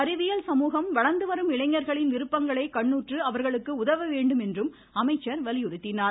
அறிவியல் சமூகம் வளர்ந்துவரும் இளைஞர்களின் விருப்பங்களை கண்ணுற்று அவர்களுக்கு உதவ வேண்டும் என்றும் அமைச்சர் வலியுறுத்தினார்